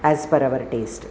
as per our test